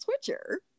switcher